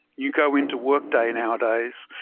you go into workday nowadays,